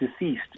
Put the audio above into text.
deceased